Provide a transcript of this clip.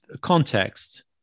context